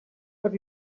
have